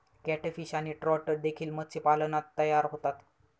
catfish आणि trout देखील मत्स्यपालनात तयार होतात